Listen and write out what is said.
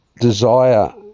desire